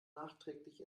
nachträglich